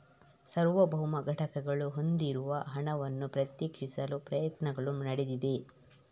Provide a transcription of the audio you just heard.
ಸಾರ್ವಭೌಮ ಘಟಕಗಳು ಹೊಂದಿರುವ ಹಣವನ್ನು ಪ್ರತ್ಯೇಕಿಸಲು ಪ್ರಯತ್ನಗಳು ನಡೆದಿವೆ